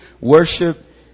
worship